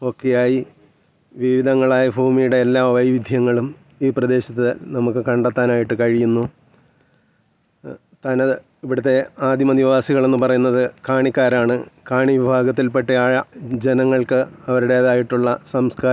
എന്റെ കയ്യിൽ നിന്നു തന്നെ അവരൊരിക്കൽ ആ പിക്ച്ചർ കണ്ടു കണ്ടിട്ട് അവരങ്ങനെ അധികം ഒന്നും പറഞ്ഞില്ല എന്താണ് കൊള്ളാം ആ ഒരു രീതിയിലൊക്കെ സംസാരിച്ചു പക്ഷെ ഒരാൾ എന്നോടു പറഞ്ഞു എന്ത് ഉദ്ദേശിച്ചാണ് ഈ ചിത്രം വരച്ചത് എന്നെന്നോട് എന്നെന്നോടു ചോദിച്ചായിരുന്നു